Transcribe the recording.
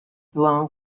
blown